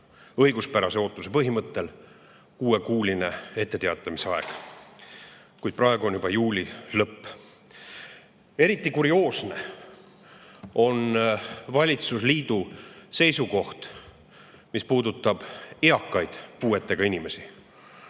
õiguspärase ootuse põhimõtte järgi vajalik kuuekuuline etteteatamise aeg. Kuid praegu on juba juuli lõpp. Eriti kurioosne on valitsusliidu seisukoht, mis puudutab eakaid puuetega inimesi.